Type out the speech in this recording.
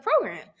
program